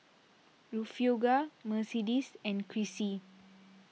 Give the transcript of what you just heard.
Refugio Mercedes and Crissy